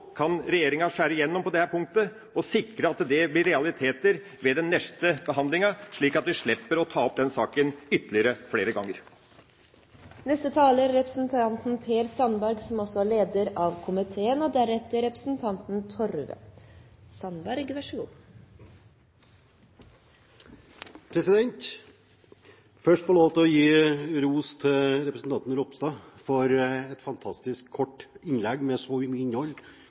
kan skjære igjennom på dette punktet og sikre at det blir realiteter ved den neste behandlinga, slik at vi slipper å ta opp den saken ytterligere ganger. Jeg vil først få lov til å gi ros til representanten Ropstad for et fantastisk, kort innlegg med så